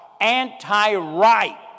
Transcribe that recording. anti-right